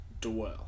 dwell